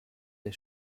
der